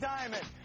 Diamond